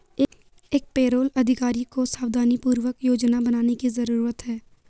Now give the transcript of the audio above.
एक पेरोल अधिकारी को सावधानीपूर्वक योजना बनाने की जरूरत है